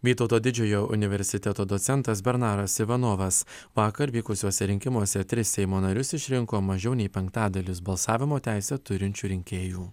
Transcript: vytauto didžiojo universiteto docentas bernaras ivanovas vakar vykusiuose rinkimuose tris seimo narius išrinko mažiau nei penktadalis balsavimo teisę turinčių rinkėjų